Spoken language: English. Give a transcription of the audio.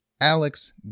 alex